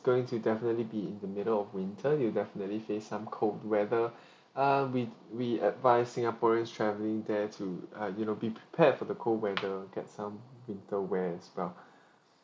going to definitely be in the middle of winter you definitely face some cold weather uh we we advise singaporeans travelling there to uh you know be prepared for the cold weather get some winter wear as well